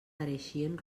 pareixien